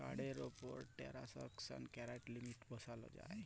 কাড়ের উপর টেরাল্সাকশন ক্যরার লিমিট বসাল যায়